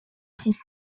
his